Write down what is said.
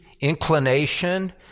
inclination